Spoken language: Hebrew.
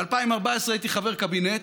ב-2014 הייתי חבר קבינט,